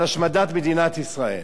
על השמדת מדינת ישראל.